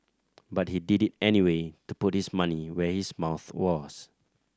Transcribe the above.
but he did it anyway to put his money where his mouth was